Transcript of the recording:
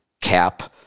cap